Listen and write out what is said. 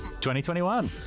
2021